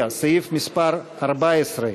בחירות ומימון מפלגות,